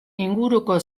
inguruko